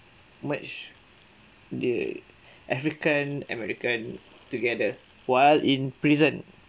merge the african american together while in prison